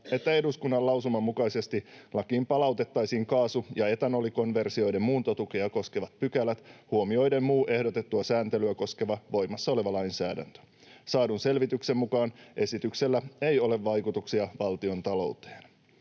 että eduskunnan lausuman mukaisesti lakiin palautettaisiin kaasu- ja etanolikonversioiden muuntotukea koskevat pykälät huomioiden muu ehdotettua sääntelyä koskeva voimassa oleva lainsäädäntö. Saadun selvityksen mukaan esityksellä ei ole vaikutuksia valtiontalouteen.